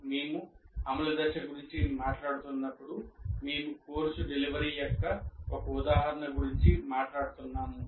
మేము అమలు దశ గురించి మాట్లాడుతున్నప్పుడు మేము కోర్సు డెలివరీ యొక్క ఒక ఉదాహరణ గురించి మాట్లాడుతున్నాము